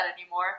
anymore